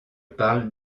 parle